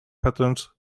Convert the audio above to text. patterns